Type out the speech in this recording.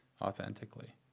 authentically